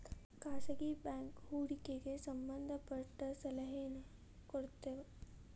ಖಾಸಗಿ ಬ್ಯಾಂಕ್ ಹೂಡಿಕೆಗೆ ಸಂಬಂಧ ಪಟ್ಟ ಸಲಹೆನ ಕೊಡ್ತವ